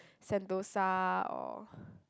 Sentosa or